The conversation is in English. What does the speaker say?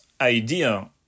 idea